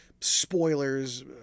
spoilers